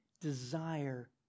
desire